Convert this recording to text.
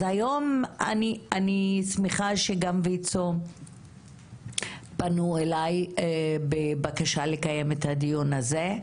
אז היום אני שמחה שויצ"ו פנו אלי בבקשה לקיים את הדיון הזה,